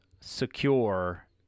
secure